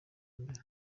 mbere